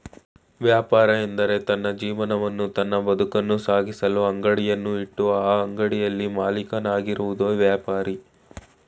ವ್ಯಾಪಾರ ಎಂದ್ರೆ ತನ್ನ ಜೀವನವನ್ನು ತನ್ನ ಬದುಕನ್ನು ಸಾಗಿಸಲು ಅಂಗಡಿಯನ್ನು ಇಟ್ಟು ಆ ಅಂಗಡಿಯಲ್ಲಿ ಮಾಲೀಕನಾಗಿರುವುದೆ ವ್ಯಾಪಾರಿ